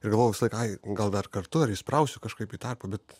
ir galvojau ai gal dar kartu ar įsprausiu kažkaip į tarpą bet